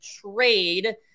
trade